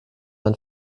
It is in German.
man